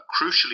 crucially